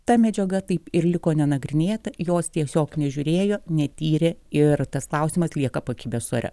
ta medžiaga taip ir liko nenagrinėta jos tiesiog nežiūrėjo netyrė ir tas klausimas lieka pakibęs ore